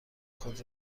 خود